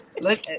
Look